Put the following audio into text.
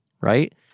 Right